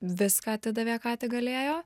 viską atidavė ką tik galėjo